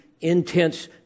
intense